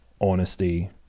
honesty